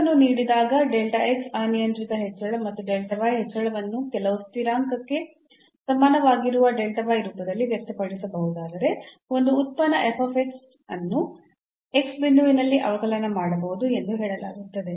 ಅನ್ನು ನೀಡಿದಾಗ ಅನಿಯಂತ್ರಿತ ಹೆಚ್ಚಳ ಮತ್ತು ಹೆಚ್ಚಳವನ್ನು ಕೆಲವು ಸ್ಥಿರಾಂಕಕ್ಕೆ ಸಮನಾಗಿರುವ ರೂಪದಲ್ಲಿ ವ್ಯಕ್ತಪಡಿಸಬಹುದಾದರೆ ಒಂದು ಉತ್ಪನ್ನ ವನ್ನು ಬಿಂದುವಿನಲ್ಲಿ ಅವಕಲನ ಮಾಡಬಹುದು ಎಂದು ಹೇಳಲಾಗುತ್ತದೆ